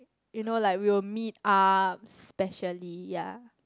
you know like we will meet up specially ya